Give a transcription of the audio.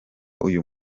uyu